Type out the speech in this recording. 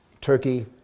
Turkey